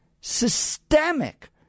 systemic